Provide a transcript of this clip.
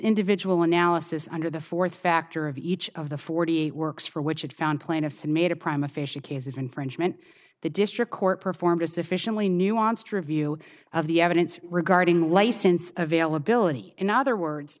individual analysis under the fourth factor of each of the forty works for which it found plaintiffs had made a prime official case of infringement the district court performed a sufficiently nuanced review of the evidence regarding license availability in other words